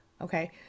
okay